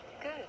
Good